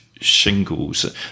shingles